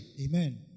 Amen